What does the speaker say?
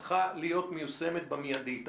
קילומטר צריכה להיות מיושמת במיידית.